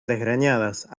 desgreñadas